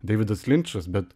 deividas linčas bet